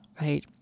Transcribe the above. right